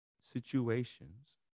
situations